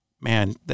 man